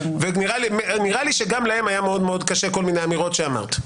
ונראה לי שגם להם היה מאוד קשה כל מיני אמירות שאמרת.